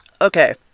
Okay